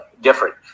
Different